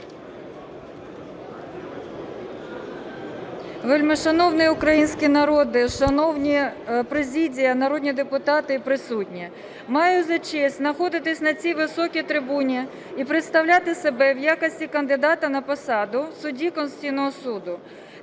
Вельмишановний український народе, шановна президія, народні депутати і присутні! Маю за честь знаходитися на цій високій трибуні і представляти себе в якості кандидата на посаду судді Конституційного Суду.